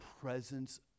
presence